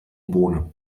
bohne